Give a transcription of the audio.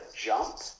jump